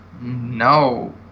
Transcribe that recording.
No